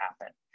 happen